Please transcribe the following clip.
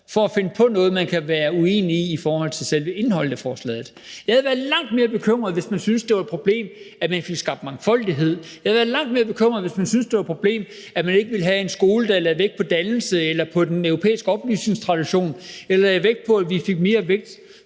for at finde på noget, man kan være uenig i i forhold til selve indholdet af forslaget. Jeg havde været langt mere bekymret, hvis man syntes, det var et problem, at der blev skabt mangfoldighed, og jeg havde været langt mere bekymret, hvis man ikke ville have en skole, der lagde vægt på dannelse eller på den europæiske oplysningstradition og på, at der skulle lægges mere vægt